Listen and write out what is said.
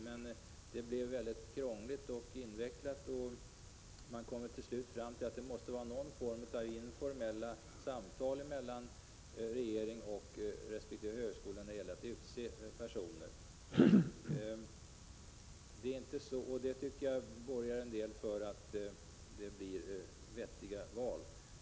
Det visade sig bli mycket krångligt och invecklat, och vi kom till slut fram till att det måste ske någon form av informella samtal mellan regeringen och resp. högskola när det gäller att utse personer. Det borgar för att det blir vettiga val.